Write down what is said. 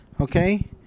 okay